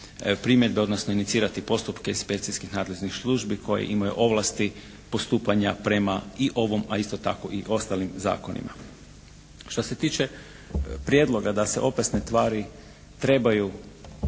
primjedbe odnosno inicirati postupke inspekcijskih nadležnih službi koje imaju ovlasti postupanja prema i ovom a isto tako i ostalim zakonima. Što se tiče prijedloga da se opasne tvari trebaju